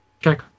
check